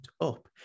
up